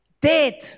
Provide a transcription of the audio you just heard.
Dead